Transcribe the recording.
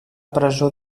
presó